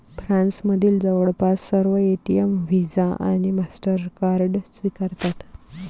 फ्रान्समधील जवळपास सर्व एटीएम व्हिसा आणि मास्टरकार्ड स्वीकारतात